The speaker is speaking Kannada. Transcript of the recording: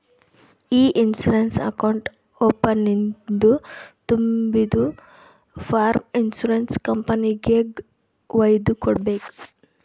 ಇ ಇನ್ಸೂರೆನ್ಸ್ ಅಕೌಂಟ್ ಓಪನಿಂಗ್ದು ತುಂಬಿದು ಫಾರ್ಮ್ ಇನ್ಸೂರೆನ್ಸ್ ಕಂಪನಿಗೆಗ್ ವೈದು ಕೊಡ್ಬೇಕ್